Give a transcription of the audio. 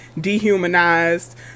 dehumanized